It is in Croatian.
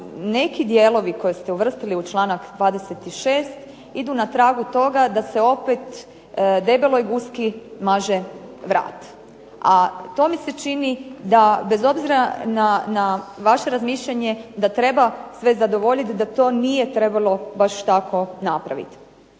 neki dijelovi koje ste uvrstili u članak 26. idu na tragu toga da se opet debeloj guski maže vrat, a to mi se čini da bez obzira na vaše razmišljanje da treba sve zadovoljiti da to nije trebalo baš tako napraviti.